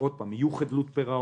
חדלות פירעון,